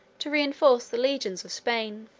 to reenforce the legions of spain.